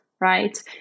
right